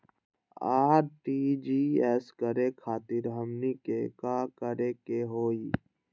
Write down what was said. RTGS करे खातीर हमनी के का करे के हो ई?